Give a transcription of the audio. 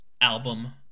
album